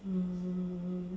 um